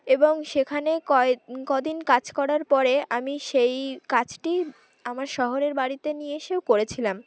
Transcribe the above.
এবং সেখানে কয়ে কদিন কাজ করার পরে আমি সেই কাজটি আমার শহরের বাড়িতে নিয়ে এসেও করেছিলাম